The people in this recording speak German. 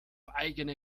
eigene